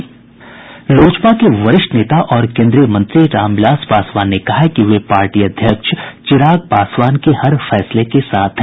लोजपा के वरिष्ठ नेता और केन्द्रीय मंत्री रामविलास पासवान ने कहा है कि वे पार्टी अध्यक्ष चिराग पासवान के हर फैसले के साथ हैं